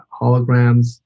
holograms